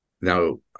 Now